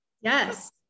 Yes